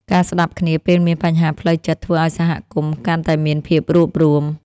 ការស្ដាប់គ្នាពេលមានបញ្ហាផ្លូវចិត្តធ្វើឱ្យសហគមន៍កាន់តែមានភាពរួបរួម។